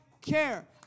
care